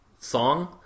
song